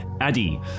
Addy